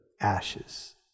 ashes